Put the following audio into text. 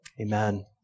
Amen